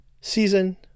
season